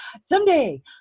someday